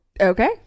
Okay